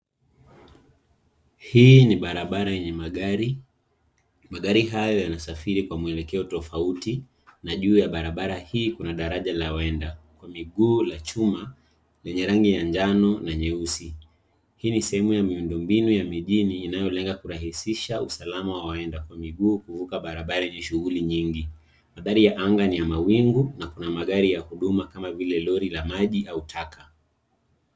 Hii ni barabara yenye magari. Magari hayo yanasafiri kwa mwelekeo tofauti na juu ya barabara hii kuna daraja la waenda kwa miguu la chuma lenye rangi ya njano na nyeusi. Hii ni sehemu ya miundombinu ya mijini inayolenga kurahisisha usalama wa waenda kwa miguu kuvuka barabara yenye shughuli nyingi. Mandhari ya anga ni ya mawingu na kuna magari ya huduma kama vile lori la maji au taka.